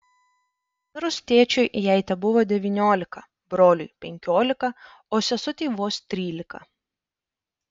mirus tėčiui jai tebuvo devyniolika broliui penkiolika o sesutei vos trylika